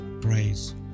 praise